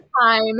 time